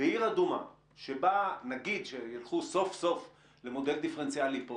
נגיד שילכו סוף-סוף למודל דיפרנציאלי פה